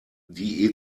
die